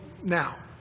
now